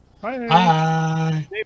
Bye